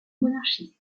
monarchiste